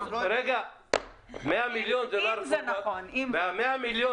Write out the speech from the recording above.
100 מיליון שקלים,